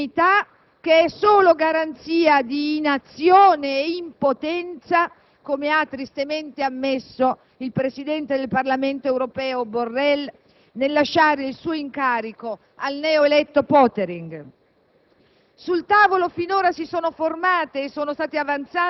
produrre decisioni in un regime di «unanimità che è solo garanzia di inazione e impotenza», come ha tristemente ammesso il presidente del Parlamento europeo Borrell nel lasciare il suo incarico al neoeletto Pottering.